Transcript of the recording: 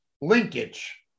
linkage